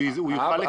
הוא יוכל לקבל אותו?